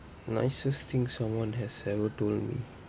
nicest thing someone has ever told me